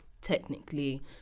technically